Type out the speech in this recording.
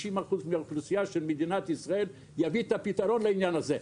60% מהאוכלוסייה של מדינת ישראל יביא את הפתרון לעניין הזה.